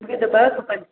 मूंखे त ॿ खपनि